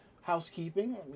Housekeeping